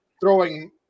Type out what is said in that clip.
throwing